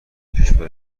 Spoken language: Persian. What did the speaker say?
کشور